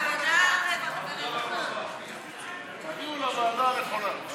ההצעה להעביר את הנושא לוועדה שתקבע ועדת הכנסת נתקבלה.